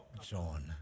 John